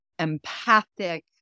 empathic